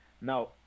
Now